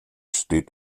steht